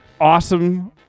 awesome